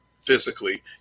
physically